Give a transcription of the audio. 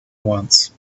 wants